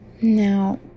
Now